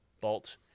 bolt